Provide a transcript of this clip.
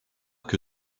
que